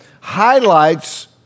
highlights